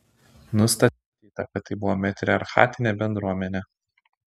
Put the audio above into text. nustatyta kad tai buvo matriarchatinė bendruomenė